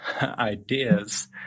ideas